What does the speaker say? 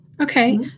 okay